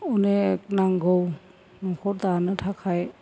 अनेक नांगौ न'खर दानो थाखाय